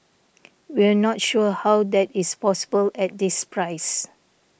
we're not sure how that is possible at this price